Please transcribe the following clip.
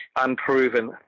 unproven